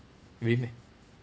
really meh